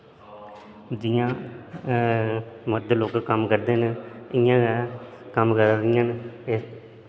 जियां मर्द लोक कम्म करदे न इ'यां गै कम्म करा दियां न ते